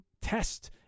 test